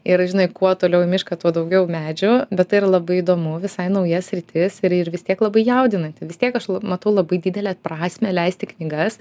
ir žinai kuo toliau į mišką tuo daugiau medžių bet tai yra labai įdomu visai naujas sritis ir ir vis tiek labai jaudinanti vis tiek aš l matau labai didelę prasmę leisti knygas